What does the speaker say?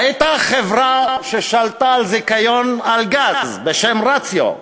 הייתה חברה ששלטה על זיכיון, על גז, בשם "רציו".